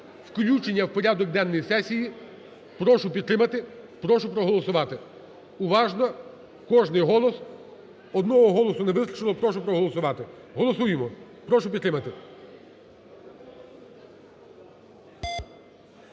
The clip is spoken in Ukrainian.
включення в порядок денний сесії. Прошу підтримати, прошу проголосувати уважно кожен голос, одного голосу не вистачило, прошу проголосувати, голосуємо, прошу підтримати.